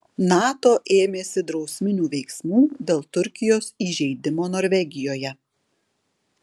nato ėmėsi drausminių veiksmų dėl turkijos įžeidimo norvegijoje